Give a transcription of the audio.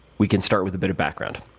we can start with a bit of background.